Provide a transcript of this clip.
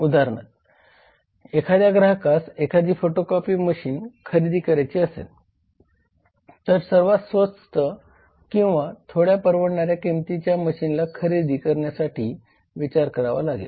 उदाहरणार्थ एखाद्या ग्राहकास एखादी फोटोकॉपी मशीन खरेदी करायची असेल तर सर्वात स्वस्त किंवा थोड्या परवडणाऱ्या किंमतीच्या मशीनला खरेदी 0637 करण्यासाठी विचार करावा लागेल